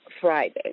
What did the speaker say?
Friday